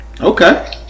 Okay